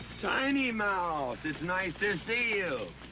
tiny mouth, it's nice to see you!